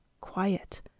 quiet